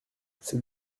c’est